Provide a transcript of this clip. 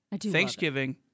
Thanksgiving